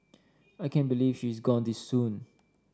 I can't believe she is gone this soon